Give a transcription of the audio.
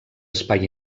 espai